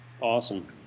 Awesome